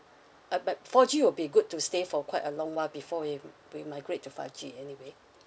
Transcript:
uh but four G would be good to stay for quite a long while before we we migrate to five G anyway